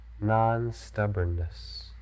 non-stubbornness